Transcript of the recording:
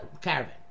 caravan